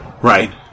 right